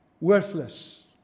worthless